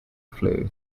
flue